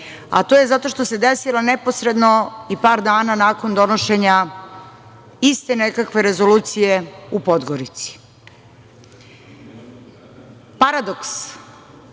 a to je zato što se desila neposredno i par dan nakon donošenja iste nekakve rezolucije u Podgorici. Paradoks